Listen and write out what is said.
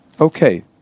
Okay